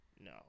no